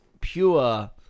pure